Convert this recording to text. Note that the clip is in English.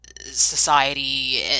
society